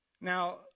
Now